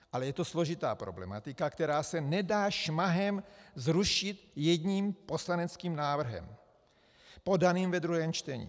Ale je to složitá problematika, která se nedá šmahem zrušit jedním poslaneckým návrhem podaným ve druhém čtení.